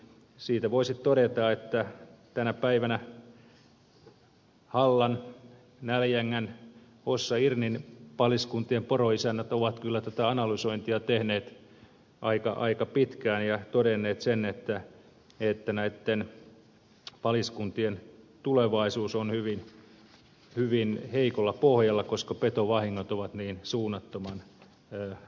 siitä voisi todeta että tänä päivänä hallan näljängän hossa irnin paliskuntien poroisännät ovat kyllä tätä analysointia tehneet aika pitkään ja todenneet sen että näitten paliskuntien tulevaisuus on hyvin heikolla pohjalla koska petovahingot ovat niin suunnattoman suuria